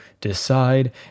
decide